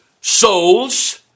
souls